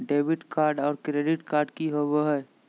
Debit card और credit card की होवे हय?